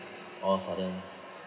all of sudden